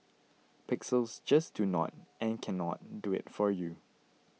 pixels just do not and cannot do it for you